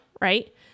right